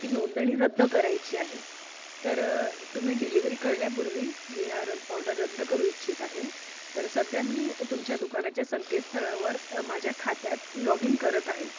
ती नोंदणी रद्द करायची आहे तर तुम्ही डिलिवरी करण्यापूर्वी मी हा रद् ऑर्डर रद्द करू इच्छित आहे तर सध्या मी तुमच्या दुकानाच्या संकेतस्थळावर माझ्या खात्यात लॉग इन करत आहे